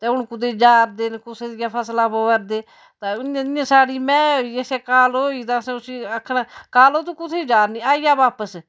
ते हून कुदै जा'रदे न कुसै दियां फसला पवा दे तां इ'यां इ'यां साढ़ी मैंह् होई असें कालो होई तां असें उसी आखनां कालो तुं कुत्थें जा'रनी आई जा बापस